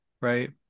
right